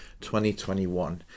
2021